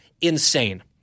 insane